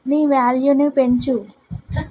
నీ వ్యాల్యూని పెంచు